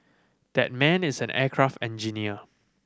that man is an aircraft engineer